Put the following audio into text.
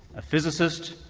a physicist,